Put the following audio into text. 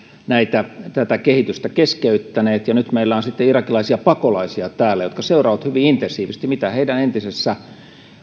tätä kehitystä keskeyttäneet ja nyt meillä on sitten irakilaisia pakolaisia täällä jotka seuraavat hyvin intensiivisesti mitä heidän entisessä